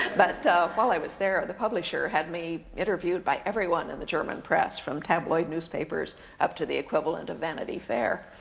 but while i was there, the publisher had me interviewed by everyone in the german press, from tabloid newspapers up to the equivalent of vanity fair.